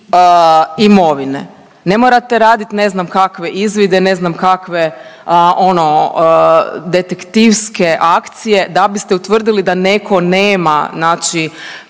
imovine. Ne morate radit ne znam kakve izvide, ne znam kakve detektivske akcije da biste utvrdili da neko nema